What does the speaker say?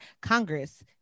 congress